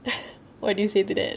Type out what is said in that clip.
what do you say to that